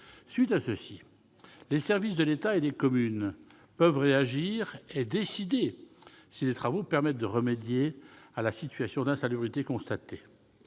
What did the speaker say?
signalements, les services de l'État et ceux des communes peuvent réagir et décider si des travaux permettront de remédier à la situation d'insalubrité constatée.